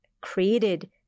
created